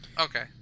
okay